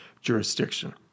jurisdiction